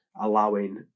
allowing